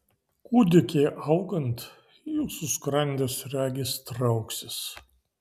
kūdikiui augant jūsų skrandis regis trauksis